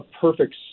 perfect